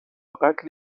قتل